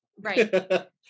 right